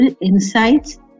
insights